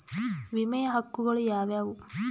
ವಿಮೆಯ ಹಕ್ಕುಗಳು ಯಾವ್ಯಾವು?